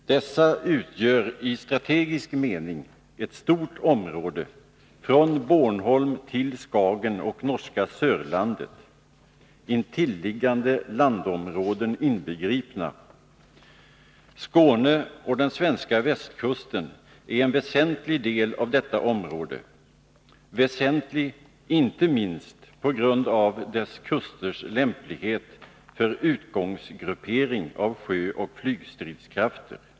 Dessa utgör i strategisk mening ett stort område från Bornholm till Skagen och norska Sörlandet, intilliggande landområden inbegripna. Skåne och den svenska västkusten är en väsentlig del av detta område, väsentlig inte minst på grund av dess kusters lämplighet för utgångsgruppering av sjöoch flygstridskrafter.